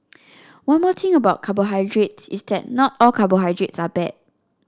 one more thing about carbohydrates is that not all carbohydrates are bad